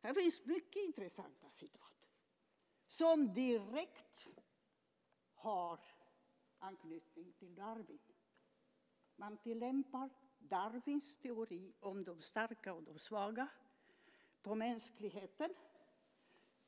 Här finns mycket intressanta citat som direkt har anknytning till Darwin. Man tillämpar Darwins teori om de starka och de svaga på mänskligheten,